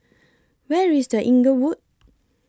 Where IS The Inglewood